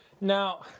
Now